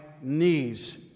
Knees